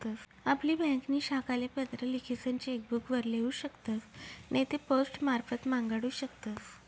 आपली ब्यांकनी शाखाले पत्र लिखीसन चेक बुक लेऊ शकतस नैते पोस्टमारफत मांगाडू शकतस